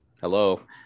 hello